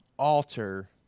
alter